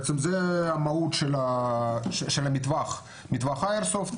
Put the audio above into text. בעצם זו המהות של המטווח - מטווח האיירסופט.